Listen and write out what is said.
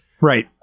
Right